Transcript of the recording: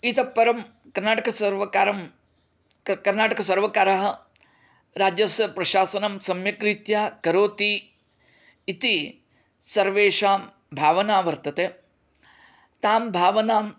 इतः परं कर्णाटकसर्वकारं कर्णाटकसर्वकारः राज्यस्य प्रशासनं सम्यक् रीत्या करोति इति सर्वेषां भावना वर्तते तां भावनाम्